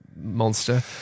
monster